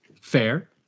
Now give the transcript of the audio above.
Fair